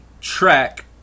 track